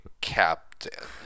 captain